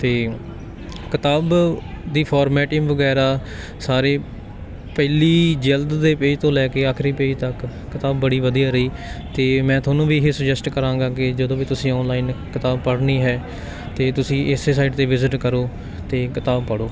ਅਤੇ ਕਿਤਾਬ ਦੀ ਫੋਰਮੈਟੀਮ ਵਗੈਰਾ ਸਾਰੇ ਪਹਿਲੀ ਜਿਲਦ ਦੇ ਪੇਜ ਤੋਂ ਲੈ ਕੇ ਆਖਰੀ ਪੇਜ ਤੱਕ ਕਿਤਾਬ ਬੜੀ ਵਧੀਆ ਰਹੀ ਅਤੇ ਮੈਂ ਤੁਹਾਨੂੰ ਵੀ ਇਹ ਸੁਜੈਸਟ ਕਰਾਂਗਾ ਕਿ ਜਦੋਂ ਵੀ ਤੁਸੀ ਔਨਲਾਈਨ ਕਿਤਾਬ ਪੜ੍ਹਨੀ ਹੈ ਤਾਂ ਤੁਸੀਂ ਇਸੇ ਸਾਇਟ 'ਤੇ ਵਿਜ਼ਿਟ ਕਰੋ ਅਤੇ ਕਿਤਾਬ ਪੜ੍ਹੋ